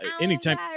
anytime